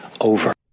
over